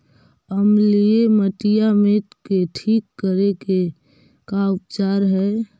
अमलिय मटियामेट के ठिक करे के का उपचार है?